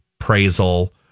appraisal